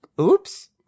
Oops